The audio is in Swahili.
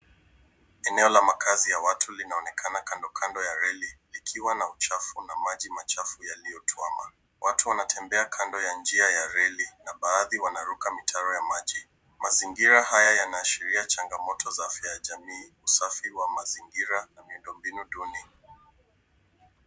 Eneo la makaazi ya watu linaonekana kando kando ya reli likiwa na uchafu na maji machafu yaliyotuama. Watu wanatembea kando ya njia ya reli na baadhi wanaruka mitaro ya maji. Mazingira haya yanaashiria changamoto za afya ya jamii, usafi wa mazingira na miundo mbinu duni.